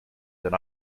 than